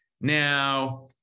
now